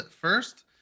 first